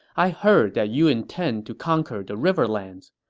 i heard that you intend to conquer the riverlands,